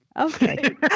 okay